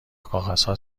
کاغذها